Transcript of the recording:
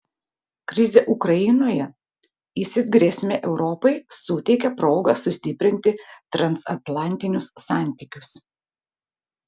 krizė ukrainoje isis grėsmė europai suteikia progą sustiprinti transatlantinius santykius